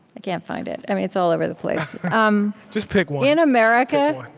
i can't find it. it's all over the place um just pick one in america,